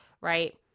Right